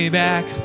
back